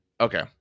okay